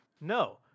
No